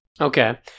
Okay